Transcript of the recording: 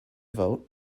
vote